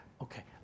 Okay